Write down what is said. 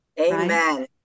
Amen